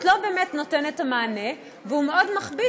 הוא לא באמת נותן את המענה והוא מאוד מכביד.